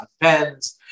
pens